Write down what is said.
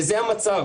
וזה המצב.